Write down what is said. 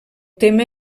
tema